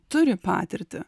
turi patirtį